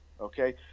okay